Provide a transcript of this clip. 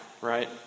Right